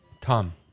tom